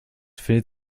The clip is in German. findet